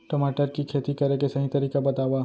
टमाटर की खेती करे के सही तरीका बतावा?